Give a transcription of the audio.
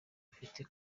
ufite